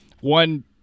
One